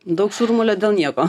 daug šurmulio dėl nieko